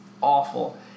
awful